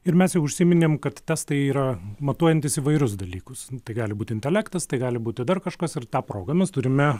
ir mes jau užsiminėm kad testai yra matuojantys įvairius dalykus tai gali būti intelektas tai gali būti dar kažkas ir ta proga mes turime